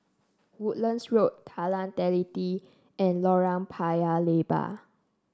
Woodlands Road Jalan Teliti and Lorong Paya Lebar